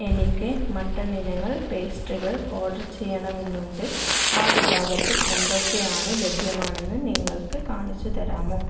എനിക്ക് മട്ടൺ ഇനങ്ങൾ പേസ്ട്രികൾ ഓർഡർ ചെയ്യണമെന്നുണ്ട് ആ വിഭാഗത്തിൽ എന്തൊക്കെയാണ് ലഭ്യമാണെന്ന് നിങ്ങൾക്ക് കാണിച്ചു തരാമോ